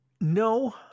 No